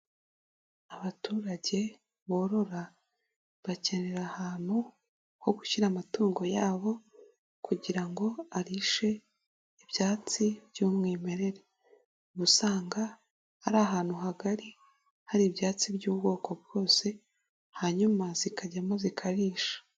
Abaturage borora bakenera ahantu ho gushyira amatungo yabo kugira ngo arishe ibyatsi by'umwimerere, uba usanga ari ahantu hagari hari ibyatsi by'ubwoko bwose hanyuma zikajyamo zikarisha.